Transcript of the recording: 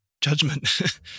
judgment